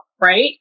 right